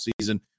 season